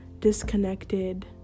disconnected